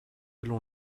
selon